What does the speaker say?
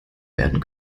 werden